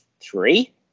three